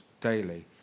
daily